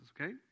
okay